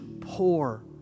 poor